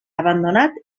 abandonat